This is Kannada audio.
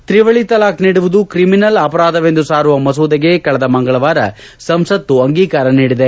ತ್ರಿವಳಿ ತಲಾಖ್ ನೀಡುವುದು ಕ್ರಿಮಿನಲ್ ಅಪರಾಧವೆಂದು ಸಾರುವ ಮಸೂದೆಗೆ ಕಳೆದ ಮಂಗಳವಾರ ಸಂಸತ್ತು ಅಂಗೀಕಾರ ನೀಡಿದೆ